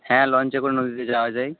হ্যাঁ লঞ্চে করে নদীতে যাওয়া যায়